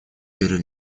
перед